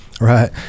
right